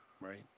Right